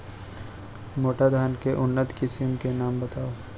मोटा धान के उन्नत किसिम के नाम बतावव?